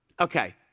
Okay